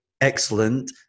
excellent